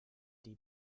die